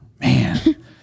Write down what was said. Man